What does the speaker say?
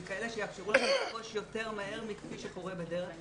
כאלה שיאפשרו לנו לרכוש יותר מהר מכפי שקורה בדרך כלל.